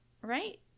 right